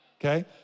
okay